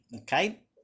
Okay